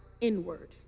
inward